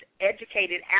educated